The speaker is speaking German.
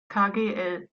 kgl